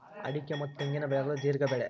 ಅಡಿಕೆ ಮತ್ತ ತೆಂಗಿನ ಬೆಳೆಗಳು ದೇರ್ಘ ಬೆಳೆ